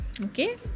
okay